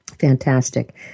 Fantastic